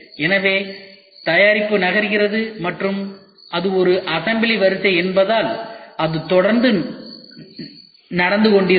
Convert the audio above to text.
எனவே தயாரிப்பு நகர்கிறது மற்றும் அது ஒரு அசம்பிளி வரிசை என்பதால் அது தொடர்ந்து நடந்துகொண்டிருக்கும்